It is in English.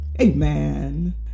Amen